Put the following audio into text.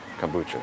Kombucha